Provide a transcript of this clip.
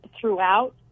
throughout